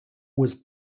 was